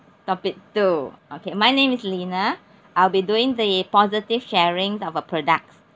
topic two okay my name is lina I'll be doing the positive sharing of a product